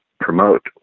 promote